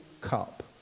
cup